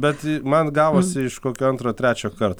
bet man gavosi iš kokio antro trečio karto